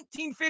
1950